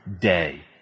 day